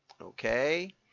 Okay